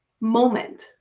moment